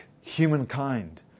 humankind